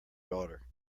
daughter